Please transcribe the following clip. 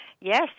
Yes